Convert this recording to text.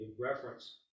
reference